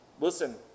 Listen